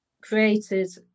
created